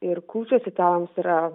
ir kūčios italams yra